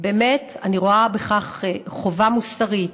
באמת, אני רואה בכך חובה מוסרית.